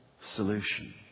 solution